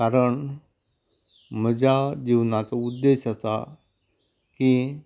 कारण म्हज्या जिवनाचो उद्देश आसा की